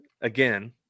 again